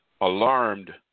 alarmed